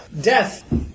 Death